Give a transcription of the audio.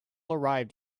arrived